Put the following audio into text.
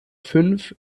fünf